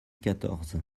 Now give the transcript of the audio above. quatorze